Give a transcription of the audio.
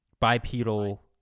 bipedal